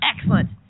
Excellent